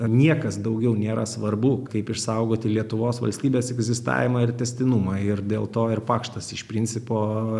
niekas daugiau nėra svarbu kaip išsaugoti lietuvos valstybės egzistavimą ir tęstinumą ir dėl to ir pakštas iš principo